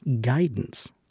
guidance